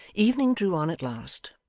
evening drew on at last.